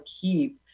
keep